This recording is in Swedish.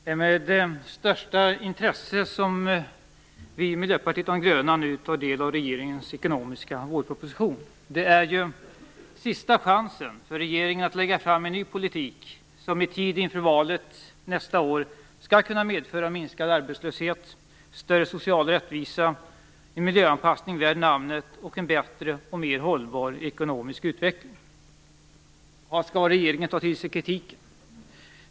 Fru talman! Det är med största intresse som vi i Miljöpartiet de gröna tar del av regeringens ekonomiska vårproposition. Det är ju sista chansen för regeringen att lägga fram en ny politik, som i tid inför valet nästa år kan medföra en minskad arbetslöshet, en större social rättvisa, en miljöanpassning värd namnet och en bättre och mera hållbar ekonomisk utveckling. Skall regeringen ta till sig kritiken?